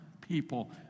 people